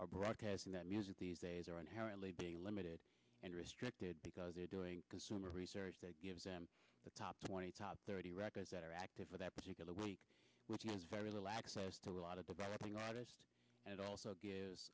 are broadcasting that music these days are inherently be limited and restricted because they're doing consumer research that gives them the top twenty top thirty records that are active for that particular week which means very little access to a lot of the balloting artist and also